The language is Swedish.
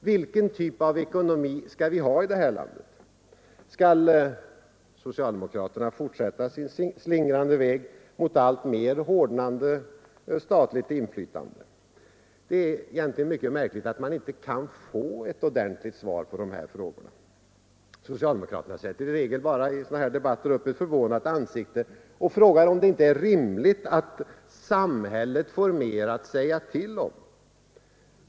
Vilken typ av ekonomi skall vi ha i det här landet? Skall socialdemokraterna fortsätta sin slingrande väg mot alltmer hårdnande statligt inflytande? Det är mycket märkligt att vi inte kan få ett ordentligt svar på dessa frågor. Socialdemokraterna sätter bara upp ett förvånat ansikte och frågar om det inte är rimligt att ”samhället får mer att säga till om”.